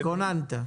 התכוננת.